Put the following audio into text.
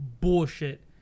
bullshit